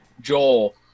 Joel